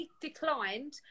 declined